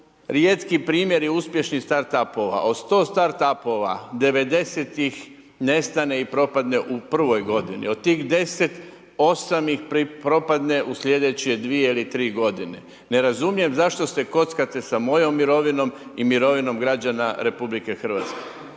rijetki primjeri uspješnih start up-ova. Od 100 start up-ova 90 ih nestane i propadne u prvoj godini. Od tih 10 8 ih propadne u sljedeće 2 ili 3 godine. Ne razumijem zašto se kockate s mojom mirovinom i mirovinom građana RH? **Radin,